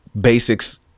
basics